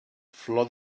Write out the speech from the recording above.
flor